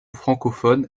francophone